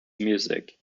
music